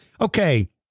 Okay